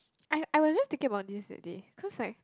I I was just thinking about this that day cause like